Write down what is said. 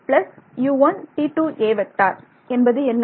plus என்பது என்ன